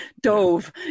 dove